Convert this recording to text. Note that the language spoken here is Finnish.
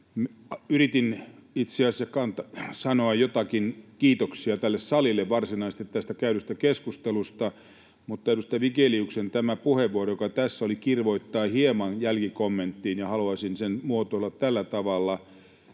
Yritin itse asiassa sanoa jotakin kiitoksia tälle salille varsinaisesti tästä käydystä keskustelusta, mutta edustaja Vigeliuksen puheenvuoro, joka tässä oli, kirvoittaa hieman jälkikommenttiin, ja haluaisin sen muotoilla tällä tavalla: